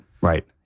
right